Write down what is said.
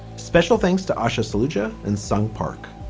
special thanks to ushe soldier and sung park.